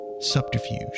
subterfuge